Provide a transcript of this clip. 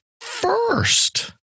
first